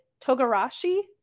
Togarashi